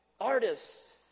artists